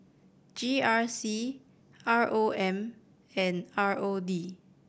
G R C R O M and R O D